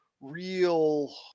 real